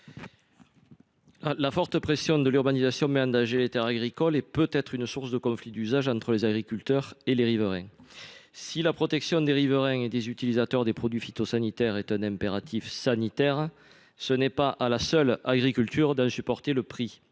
La forte pression de l’urbanisation met en danger les terres agricoles et peut être une source de conflits d’usage entre les agriculteurs et les riverains. Si la protection sanitaire de ces derniers et des utilisateurs des produits phytosanitaires est un impératif, l’agriculture ne doit pas seule en supporter le prix.